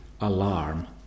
alarm